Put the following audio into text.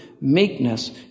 meekness